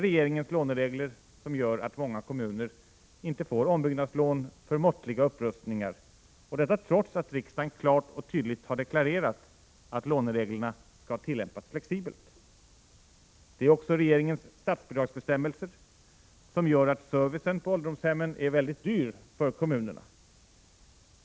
Regeringens låneregler gör att många kommuner inte får ombyggnadslån för måttliga upprustningar, och detta trots att riksdagen klart och tydligt har deklarerat att lånereglerna skall tillämpas flexibelt. Regeringens statsbidragsbestämmelser gör också att servicen på ålderdomshemmen är väldigt dyr för kommunerna.